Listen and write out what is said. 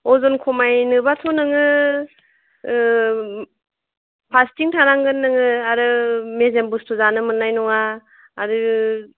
अजन खमायनोबाथ' नोङो फासतिं थानांगोन नोङो आरो मेजेम बस्तु जानो मोननाय नङा आरो